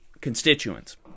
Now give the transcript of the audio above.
constituents